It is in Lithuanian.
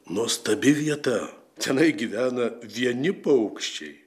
nuostabi vieta tenai gyvena vieni paukščiai